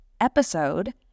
episode